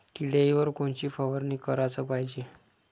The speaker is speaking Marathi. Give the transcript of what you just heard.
किड्याइवर कोनची फवारनी कराच पायजे?